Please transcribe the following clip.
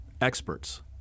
experts